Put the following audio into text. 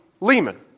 Lehman